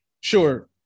Sure